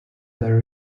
their